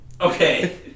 Okay